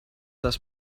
dass